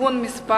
(תיקון מס'